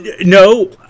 no